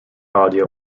audio